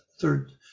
third